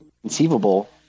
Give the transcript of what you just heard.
conceivable